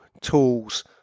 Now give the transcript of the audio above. tools